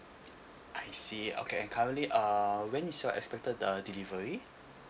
I see okay currently um when is your expected uh delivery